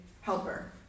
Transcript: helper